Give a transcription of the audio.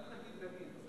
אל תגיד נגיד.